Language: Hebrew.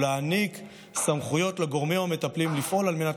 ולהעניק סמכויות לגורמים המטפלים לפעול על מנת